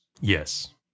Yes